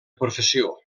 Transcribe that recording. professió